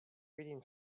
reading